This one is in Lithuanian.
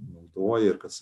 naudoja ir kas